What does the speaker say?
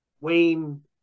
Wayne